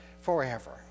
forever